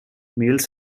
males